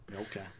Okay